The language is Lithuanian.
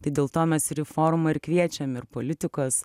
tai dėl to mes ir į forumą ir kviečiam ir politikus